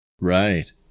Right